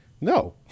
No